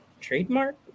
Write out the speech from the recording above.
trademark